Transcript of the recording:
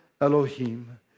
Elohim